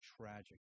tragic